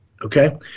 Okay